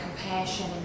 compassion